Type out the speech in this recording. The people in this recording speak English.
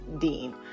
Dean